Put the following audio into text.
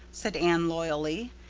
said anne loyally,